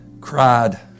cried